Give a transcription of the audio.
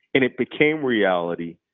and it became reality,